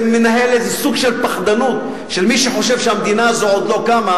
שמנהל איזה סוג של פחדנות של מי שחושב שהמדינה הזאת עוד לא קמה,